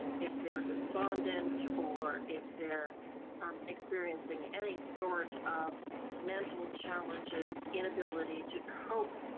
if they're despondent or if they're um experiencing any sort of mental challenges, inability to cope,